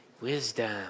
wisdom